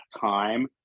time